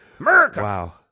Wow